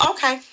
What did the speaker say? Okay